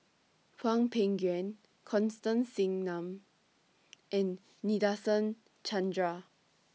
Hwang Peng Yuan Constance Singam and Nadasen Chandra